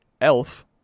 Elf